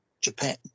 Japan